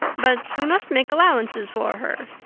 but we must make allowances for her.